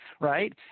right